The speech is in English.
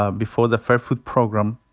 ah before the fair food program,